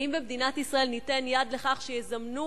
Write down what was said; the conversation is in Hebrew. האם במדינת ישראל ניתן יד לכך שיזמנו